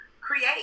create